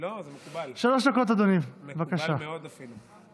לא, זה מקובל, מקובל מאוד אפילו.